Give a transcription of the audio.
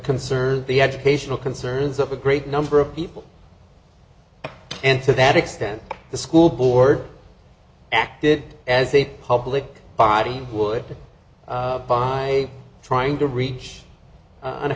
concern the educational concerns of a great number of people and to that extent the school board acted as a public body would find a trying to reach an a